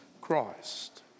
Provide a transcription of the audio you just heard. Christ